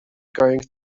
going